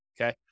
okay